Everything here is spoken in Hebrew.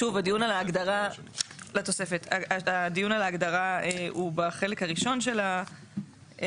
שוב, הדיון על ההגדרה הוא בחלק הראשון של החוק.